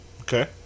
Okay